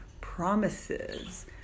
promises